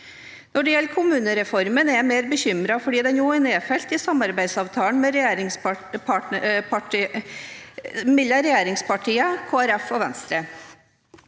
Når det gjelder kommunereformen er jeg mer bekymret fordi den òg er nedfelt i samarbeidsavtalen mellom regjeringspartiene, Kristelig